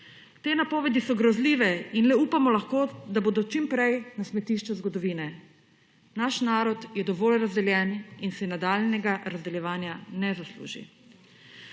Te napovedi so grozljive in le upamo lahko, da bodo čim prej na smetišču zgodovine. Naš narod je dovolj razdeljen in si nadaljnjega razdeljevanja ne zasluži.